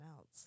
else